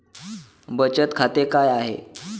बचत खाते काय आहे?